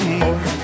more